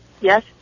Yes